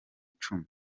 icumi